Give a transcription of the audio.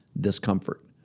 discomfort